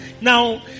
Now